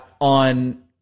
on